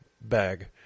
bag